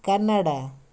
Canada